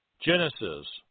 Genesis